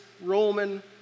Roman